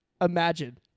imagine